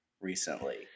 recently